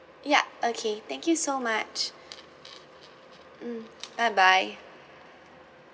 ya okay thank you so much mm bye bye